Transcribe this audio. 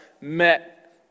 met